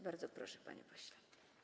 Bardzo proszę, panie pośle.